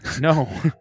No